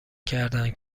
کردهاند